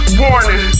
warning